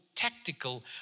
tactical